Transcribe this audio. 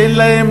שאין להם,